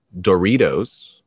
Doritos